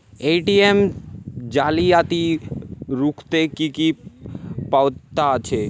ATM জালিয়াতি রুখতে কি কি পন্থা আছে?